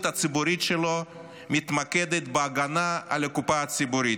הציבורית שלו מתמקדת בהגנה על הקופה הציבורית,